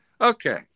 Okay